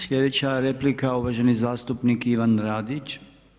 Sljedeća replika, uvaženi zastupnik Ivan Radić.